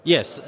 Yes